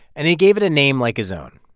and he gave it a name like his own,